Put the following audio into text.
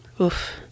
Oof